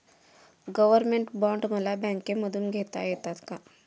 Government bond मला बँकेमधून घेता येतात का?